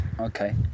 Okay